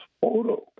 photo